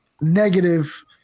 negative